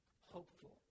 hopeful